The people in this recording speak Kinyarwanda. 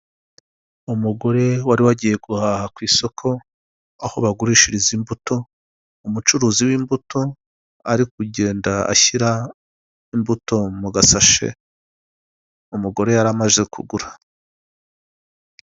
Umugore wari wagiye guhaha ku isoko, aho bagurishiriza imbuto, umucuruzi w'imbuto ari kugenda ashyira imbuto mu gasashe umugore yari amaze kugura.